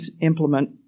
implement